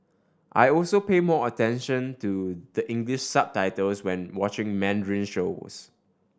I also pay more attention to the English subtitles when watching Mandarin shows